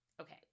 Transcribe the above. Okay